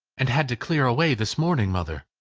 and had to clear away this morning, mother!